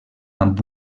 amb